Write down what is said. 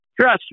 Trust